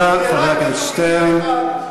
תודה, חבר הכנסת שטרן.